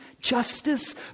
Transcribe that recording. justice